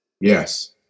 Yes